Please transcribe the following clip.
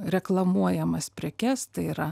reklamuojamas prekes tai yra